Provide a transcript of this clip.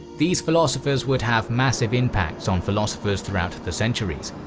these philosophers would have massive impacts on philosophers throughout the centuries.